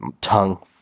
tongue